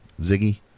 Ziggy